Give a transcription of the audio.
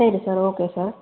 சரி sir okay sir